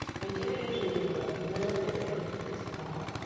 i do usually do a little bit right here as well,